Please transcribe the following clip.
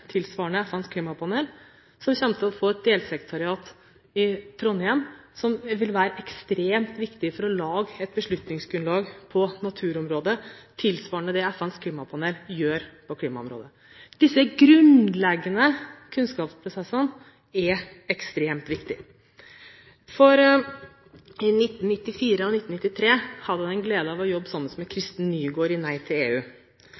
tilsvarende FNs klimapanel, som kommer til å få et delsekretariat i Trondheim, og som vil være ekstremt viktig for å lage et beslutningsgrunnlag på naturområdet, tilsvarende det FNs klimapanel gjør på klimaområdet. Disse grunnleggende kunnskapsprosessene er ekstremt viktige. I 1993 og 1994 hadde jeg gleden av å jobbe sammen med Kristen Nygaard i Nei til EU.